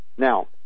Now